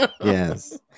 Yes